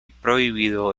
prohibido